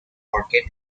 market